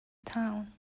town